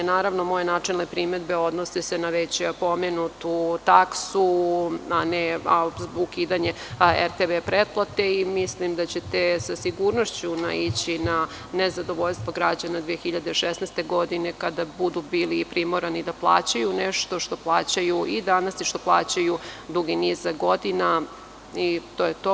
Moje načelne primedbe odnose se na već pomenutu taksu, a ne ukidanje RTV pretplate i mislim da ćete sa sigurnošću naići na nezadovoljstvo građana 2016. godine kada budu bili primorani da plaćaju nešto što plaćaju i danas i što plaćaju dugi niz godina i to je to.